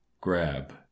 Grab